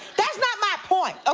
that's not my point, ah